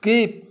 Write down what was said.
skip